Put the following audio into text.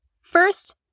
First